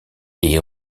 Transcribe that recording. est